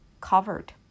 covered